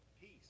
Peace